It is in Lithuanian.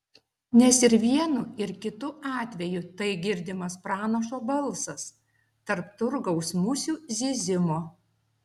nes ir vienu ir kitu atveju tai girdimas pranašo balsas tarp turgaus musių zyzimo